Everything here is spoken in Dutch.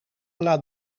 laat